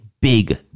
big